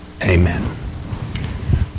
Amen